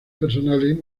personales